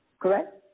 Correct